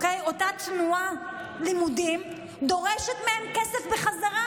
אותה תנועת לימודים דורשת מהן כסף חזרה.